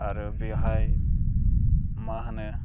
आरो बेहाय मा होनो